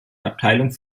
abteilung